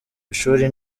ishuri